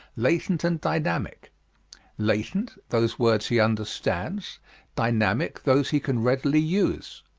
latent and dynamic latent those words he understands dynamic those he can readily use.